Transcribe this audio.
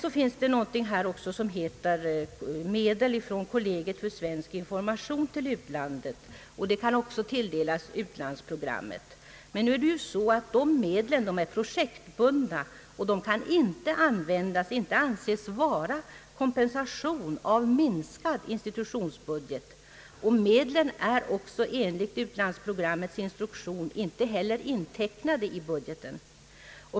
Det finns också någonting som heter medel från Kollegiet för Sverige-information, som kan tilldelas utlandsprogrammet. Men dessa medel är projektbundna, de kan inte användas som kompensation för minskad institutionsbudget och är inte heller enligt utlandsprogrammets instruktion intecknade i budgeten.